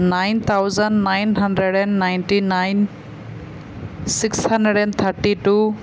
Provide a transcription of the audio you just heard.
nine thousand nine hundred and ninety nine six hundred and thirty two